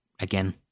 again